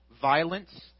violence